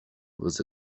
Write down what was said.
was